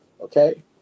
okay